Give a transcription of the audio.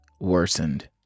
worsened